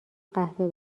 قهوه